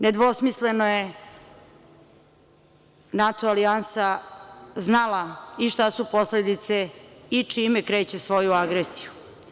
Nedvosmisleno je NATO alijansa znala i šta su posledice i čime kreću svoju agresiju.